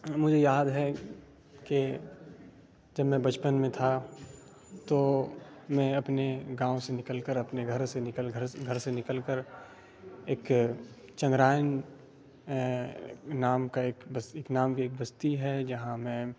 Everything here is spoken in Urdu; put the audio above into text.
مجھے یاد ہے کہ جب میں بچپن میں تھا تو میں اپنے گاؤں سے نکل کر اپنے گھر سے نکل گھر گھر سے نکل کر ایک چندرائن نام کا ایک بس ایک نام کی ایک بستی ہے جہاں میں